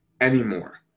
anymore